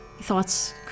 thoughts